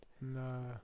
no